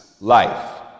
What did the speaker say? life